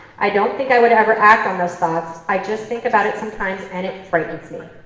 i don't think i would ever act on those thoughts. i just think about it sometimes and it frightens me.